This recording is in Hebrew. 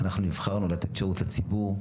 אנחנו נבחרנו לתת שירות לציבור,